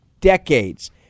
decades